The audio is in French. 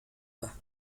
pas